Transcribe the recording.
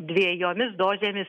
dviejomis dozėmis